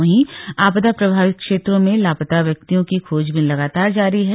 वहीं आपदा प्रभावित क्षेत्रों में लापता व्यक्तियों की खोजबीन लगातार जारी है